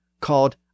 called